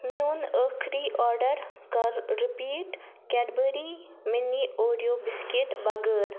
میٚون أخری آرڈر کر repeat Cadbury mini Oreo biscuit بَغٲر